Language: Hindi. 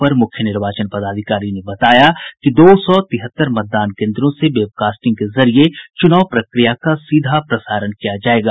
अपर मुख्य निर्वाचन पदाधिकारी ने बताया कि दो सौ तिहत्तर मतदान केंद्रों से वेबकास्टिंग के जरिये चुनाव प्रक्रिया का सीधा प्रसारण किया जायेगा